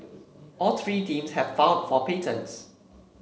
all three teams have filed for patents